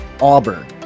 Auburn